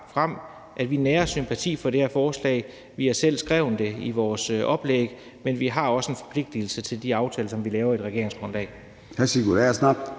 frem, at vi nærer sympati for det her forslag, og at vi selv har skrevet det i vores oplæg, men at vi også har en forpligtigelse i forhold til de aftaler, som vi laver i et regeringsgrundlag.